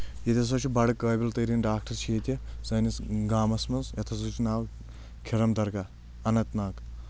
ییٚتہِ ہسا چھُ بڑٕ قٲبِل تٔریٖن ڈاکٹر چھِ ییٚتہِ سٲنِس گامس منٛز یتھ ہسا چھُ ناو کھِرم درگاہ اننت ناگ